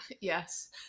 Yes